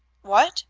what!